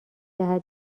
جهت